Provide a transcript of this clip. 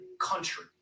country